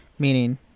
Meaning